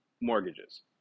mortgages